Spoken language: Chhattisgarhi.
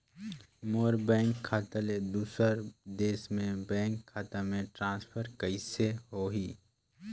मोर बैंक खाता ले दुसर देश के बैंक खाता मे ट्रांसफर कइसे होही?